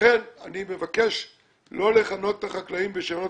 לכן אני מבקש לא לכנות את החקלאים בשמות